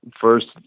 first